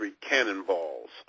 cannonballs